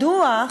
מדוע,